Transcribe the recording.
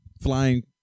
flying